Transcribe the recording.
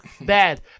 bad